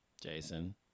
Jason